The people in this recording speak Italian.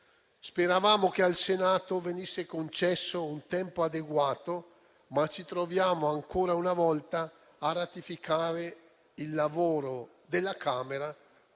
Speravamo che al Senato venisse concesso un tempo adeguato, ma ci troviamo, ancora una volta, a ratificare il lavoro della Camera,